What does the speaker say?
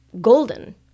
golden